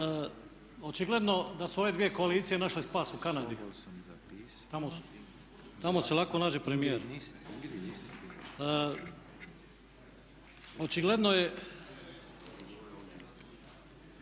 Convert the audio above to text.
Očigledno da su ove dvije koalicije našle spas u Kanadi, tamo se lako nađe premijer. Očigledno je